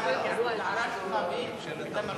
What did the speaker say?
ההערה שלך היתה,